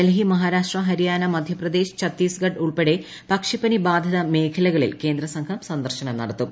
ഡൽഹി മഹാരാഷ്ട്ര ഹരിയാന മധ്യപ്രദേശ് ഛത്തീസ്ഗഡ് ഉൾപ്പെടെ പക്ഷിപ്പനി ബാധിത മേഖലകളിൽ കേന്ദ്രസംഘം സന്ദർശനം നടത്തും